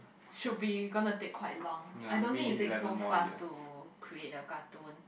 should be gonna to take quite long I don't think it take so fast to create a cartoon